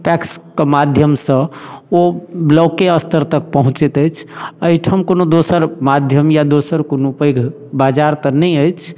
पैक्सके माध्यमसँ ओ ब्लौके स्तर तक पहुँचति अछि अइठाम कोनो दोसर माध्यम या दोसर कोनो पैघ बाजार तऽ नहि अछि